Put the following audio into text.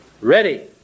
Ready